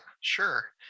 sure